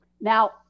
Now